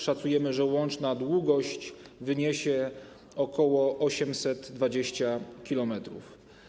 Szacujemy, że łączna długość wyniesie ok. 820 km.